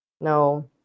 No